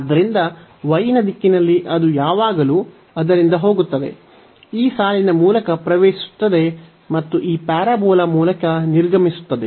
ಆದ್ದರಿಂದ y ನ ದಿಕ್ಕಿನಲ್ಲಿ ಅದು ಯಾವಾಗಲೂ ಅದರಿಂದ ಹೋಗುತ್ತದೆ ಈ ಸಾಲಿನ ಮೂಲಕ ಪ್ರವೇಶಿಸುತ್ತದೆ ಮತ್ತು ಈ ಪ್ಯಾರಾಬೋಲಾ ಮೂಲಕ ನಿರ್ಗಮಿಸುತ್ತದೆ